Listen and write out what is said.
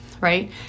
right